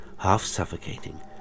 half-suffocating